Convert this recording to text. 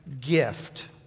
gift